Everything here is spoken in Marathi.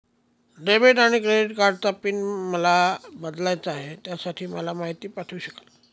डेबिट आणि क्रेडिट कार्डचा पिन मला बदलायचा आहे, त्यासाठी मला माहिती पाठवू शकाल का?